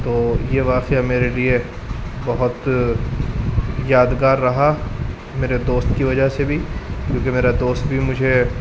تو یہ واقعہ میرے لیے بہت یادگار رہا میرے دوست کی وجہ سے بھی کیونکہ میرا دوست بھی مجھے